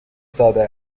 ساده